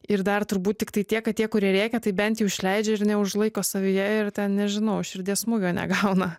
ir dar turbūt tiktai tiek kad tie kurie rėkia tai bent jau išleidžia ir neužlaiko savyje ir ten nežinau širdies smūgio negauna